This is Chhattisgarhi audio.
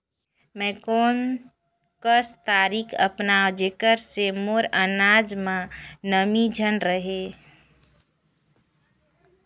मैं कोन कस तरीका अपनाओं जेकर से मोर अनाज म नमी झन रहे?